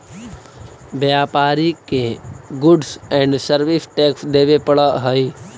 व्यापारि के goods and service tax देवे पड़ऽ हई